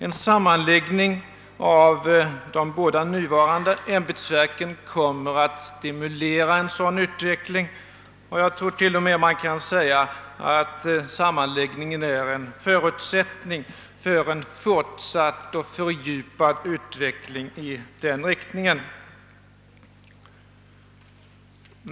En sammanläggning av de båda nuvarande ämbetsverken kommer att stimulera en sådan utveckling, och jag tror till och med att man kan säga att sammanläggningen är en förutsättning för en fortsatt och fördjupad utveckling i den riktningen.